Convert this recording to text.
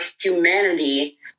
humanity